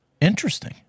Interesting